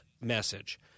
message